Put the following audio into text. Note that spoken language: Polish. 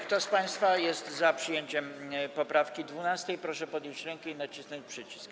Kto z państwa jest za przyjęciem poprawki 12., proszę podnieść rękę i nacisnąć przycisk.